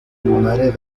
lunares